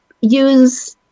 use